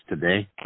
today